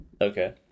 Okay